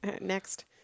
Next